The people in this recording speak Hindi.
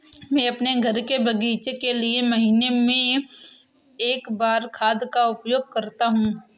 मैं अपने घर के बगीचे के लिए महीने में एक बार खाद का उपयोग करता हूँ